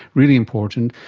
really important.